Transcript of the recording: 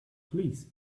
please